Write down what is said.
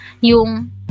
yung